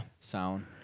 sound